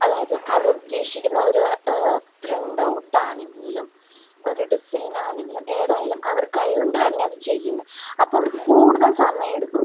അതായത് അവരുദ്ദേശിക്കുന്ന ഒരു പ്രിൻ്റ് ഔട്ടാണെങ്കിലും ഒരു ഡിസൈനാണെങ്കിലും ഏതായാലും അവർ കൈ കൊണ്ട് തന്നെയതു ചെയ്യുന്നത് അപ്പം അവർക്ക് കൂടുതൽ സമയമെടുക്കും